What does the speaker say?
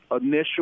initial